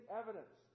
evidence